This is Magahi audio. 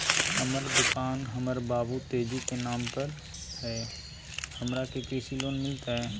हमर दुकान हमर बाबु तेजी के नाम पर हई, हमरा के कृषि लोन मिलतई?